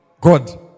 God